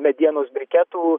medienos briketų